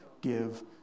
give